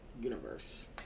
universe